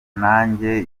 nanjye